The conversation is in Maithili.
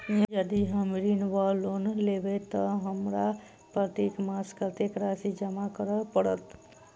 यदि हम ऋण वा लोन लेबै तऽ हमरा प्रत्येक मास कत्तेक राशि जमा करऽ पड़त?